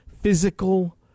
physical